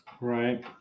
right